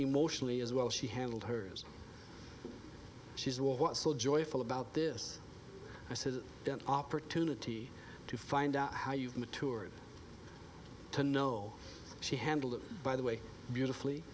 emotionally as well she handled her she's well what's so joyful about this i said the opportunity to find out how you've matured to know she handled by the way beautifully